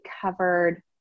covered